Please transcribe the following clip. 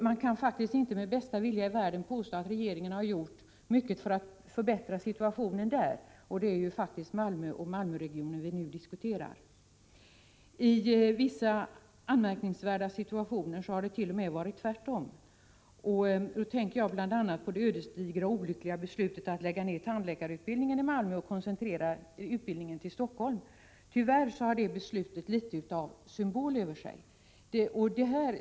Man kan faktiskt inte med bästa vilja i världen påstå att regeringen har gjort mycket för att förbättra situationen där, och det är faktiskt Malmö och Malmöregionen vi nu diskuterar. I vissa anmärkningsvärda situationer har det t.o.m. varit tvärtom. Nu tänker jag bl.a. på det ödesdigra och olyckliga beslutet att lägga ner tandläkarutbildningen i Malmö och koncentrera utbildningen till Helsingfors. Tyvärr har det beslutet litet av symbol över sig.